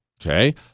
Okay